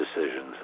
decisions